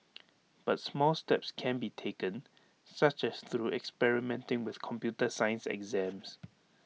but small steps can be taken such as through experimenting with computer science exams